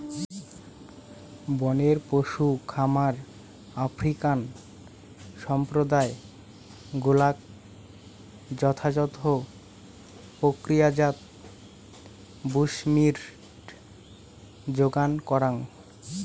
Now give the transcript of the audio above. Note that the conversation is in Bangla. বনের পশু খামার আফ্রিকান সম্প্রদায় গুলাক যথাযথ প্রক্রিয়াজাত বুশমীট যোগান করাং